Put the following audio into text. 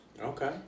Okay